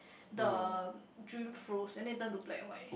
the dream froze and then it turned to black and white